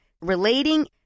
relating